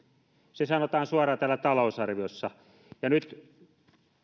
se sanotaan suoraan täällä talousarviossa ja nyt